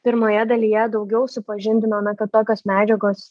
pirmoje dalyje daugiau supažindinome kad tokios medžiagos